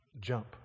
Jump